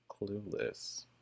clueless